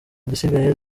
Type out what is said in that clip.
gisigaye